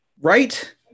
right